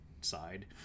side